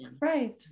right